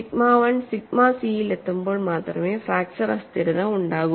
sigma 1 sigma സിയിൽ എത്തുമ്പോൾ മാത്രമേ ഫ്രാക്ചർ അസ്ഥിരത ഉണ്ടാകൂ